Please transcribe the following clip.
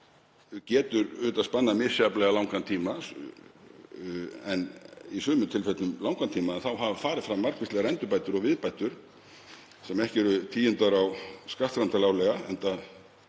sem getur auðvitað spannað misjafnlega langan tíma, í sumum tilfellum langan tíma, hafa farið fram margvíslegar endurbætur og viðbætur sem ekki eru tíundaðar á skattframtali árlega, enda